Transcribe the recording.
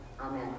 Amen